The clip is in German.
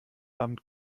abend